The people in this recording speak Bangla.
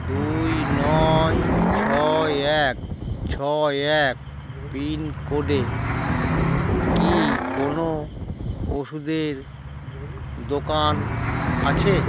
দুই নয় ছয় এক ছয় এক পিন কোডে কি কোনো ওষুধের দোকান আছে